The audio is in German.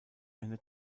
eine